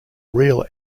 real